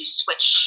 switch